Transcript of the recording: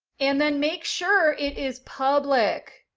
and then make sure it is public!